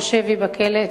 של שבי בכלא.